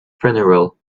funeral